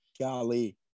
golly